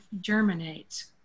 germinates